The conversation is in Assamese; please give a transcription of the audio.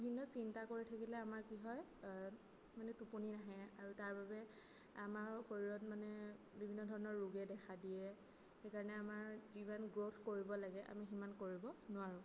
বিভিন্ন চিন্তা কৰি থাকিলে আমাৰ কি হয় মানে টোপনি নাহে আৰু তাৰ বাবে আমাৰ শৰীৰত মানে বিভিন্ন ধৰণৰ ৰোগে দেখা দিয়ে সেইকাৰণে আমাৰ যিমান গ্ৰ'থ কৰিব লাগে আমি সিমান কৰিব নোৱাৰোঁ